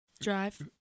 drive